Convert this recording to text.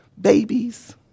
babies